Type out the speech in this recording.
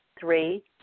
Three